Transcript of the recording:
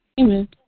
Amen